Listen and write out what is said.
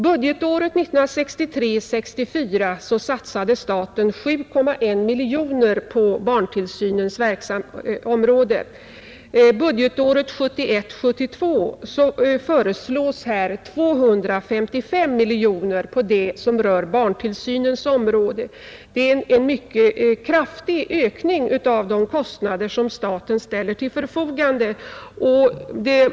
Budgetåret 1963 72 föreslås 255 miljoner. Det är en mycket kraftig ökning av det belopp som staten ställer till förfogande.